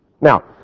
Now